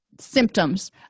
symptoms